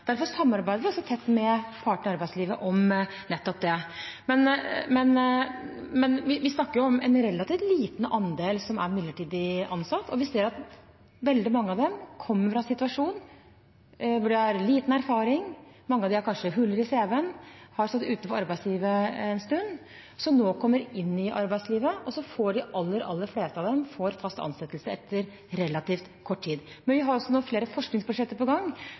Derfor samarbeider vi også tett med partene i arbeidslivet om nettopp det. Men vi snakker om en relativt liten andel som er midlertidig ansatt, og vi ser at veldig mange av dem kommer fra en situasjon hvor de har liten erfaring, og mange av dem har kanskje huller i cv-en eller har stått utenfor arbeidslivet en stund. De kommer inn i arbeidslivet, og de aller fleste av dem får fast ansettelse etter relativt kort tid. Men vi har også noen flere forskningsbudsjetter på gang,